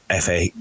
fa